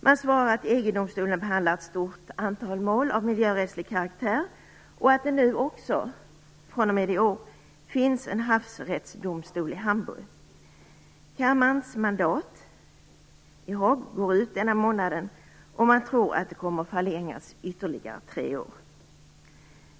Man svarar att EG domstolen behandlar ett stort antal mål av miljörättslig karaktär och att det fr.o.m. i år också finns en havsrättsdomstol i Hamburg. Miljökammarens mandat i Haag går ut den här månaden, men man tror att det kommer att förlängas i ytterligare tre år.